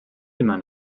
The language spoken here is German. immer